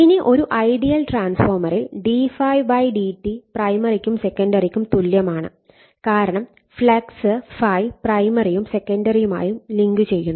ഇനി ഒരു ഐഡിയൽ ട്രാൻസ്ഫോർമറിൽ d∅ dt പ്രൈമറിക്കും സെക്കണ്ടറിക്കും തുല്യമാണ് കാരണം ഫ്ലക്സ് ∅ പ്രൈമറിയും സെക്കണ്ടറിയുമായും ലിങ്ക് ചെയ്യുന്നു